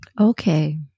Okay